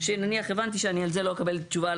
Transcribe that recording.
שנניח הבנתי שעל זה אני לא אקבל תשובה,